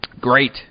Great